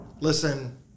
listen